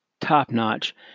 top-notch